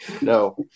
No